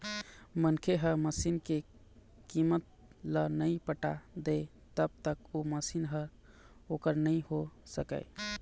मनखे ह मसीन के कीमत ल नइ पटा दय तब तक ओ मशीन ह ओखर नइ होय सकय